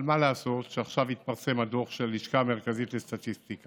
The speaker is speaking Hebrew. אבל מה לעשות שעכשיו התפרסם הדוח של הלשכה המרכזית לסטטיסטיקה